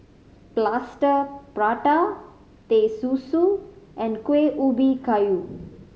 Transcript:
Plaster Prata Teh Susu and Kueh Ubi Kayu